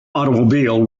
automobile